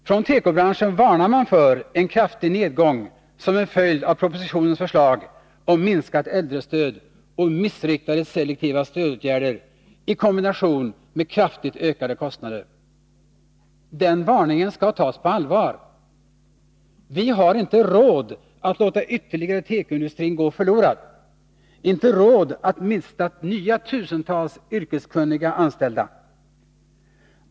Från tekobranschen varnar man för en kraftig nedgång som en följd av propositionens förslag om minskat äldrestöd och missriktade selektiva stödåtgärder i kombination med kraftigt ökade kostnader. Den varningen skall tas på allvar. Vi har inte råd att låta ytterligare tekoindustri gå förlorad, inte råd att mista nya tusental av yrkeskunniga anställda.